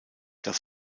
das